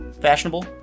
fashionable